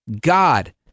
God